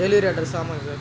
delivery address ஆமாங்க sir